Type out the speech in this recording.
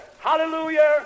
Hallelujah